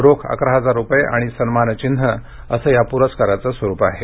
रोख अकरा हजार रुपये आणि सन्मानचिन्ह असं या प्रस्काराचं स्वरूप आहे